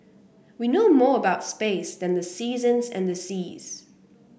we know more about space than the seasons and the seas